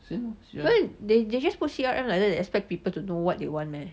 then they just put C_R_M like that they expect people to know what they want meh